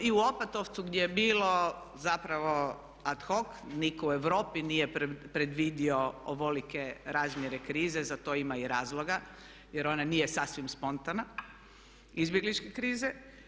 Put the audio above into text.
I u Opatovcu gdje je bilo zapravo ad hoc, nitko u Europi nije predvidio ovolike razmjere krize, za to ima i razloga jer ona nije sasvim spontana, izbjegličke krize.